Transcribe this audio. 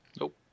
Nope